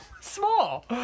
small